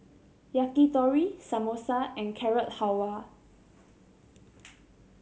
Yakitori Samosa and Carrot Halwa